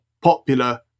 popular